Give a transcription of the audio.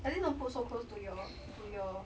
I think don't put so close to your to your